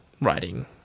writing